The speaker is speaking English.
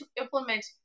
implement